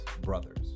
brothers